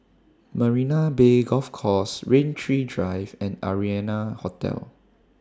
Marina Bay Golf Course Rain Tree Drive and Arianna Hotel